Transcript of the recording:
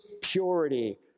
purity